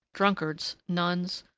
drunkards, nuns,